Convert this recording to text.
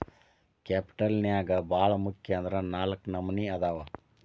capital ನ್ಯಾಗ್ ಭಾಳ್ ಮುಖ್ಯ ಅಂದ್ರ ನಾಲ್ಕ್ ನಮ್ನಿ ಅದಾವ್